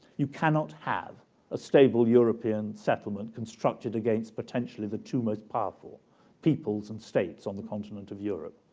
you cannot have a stable european settlement constructed against potentially the two most powerful peoples and states on the continent of europe.